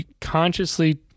consciously